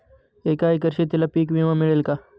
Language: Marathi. एका एकर शेतीला पीक विमा मिळेल का?